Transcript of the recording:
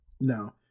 No